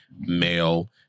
male